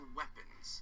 weapons